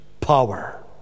power